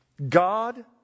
God